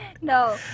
No